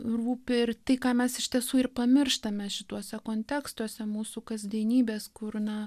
rūpi ir tai ką mes iš tiesų ir pamirštame šituose kontekstuose mūsų kasdienybės kur na